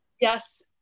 Yes